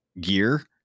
gear